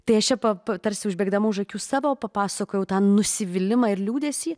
tai aš čia pa tarsi užbėgdama už akių savo papasakojau tą nusivylimą ir liūdesį